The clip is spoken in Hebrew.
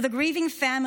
To the grieving families,